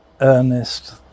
Ernest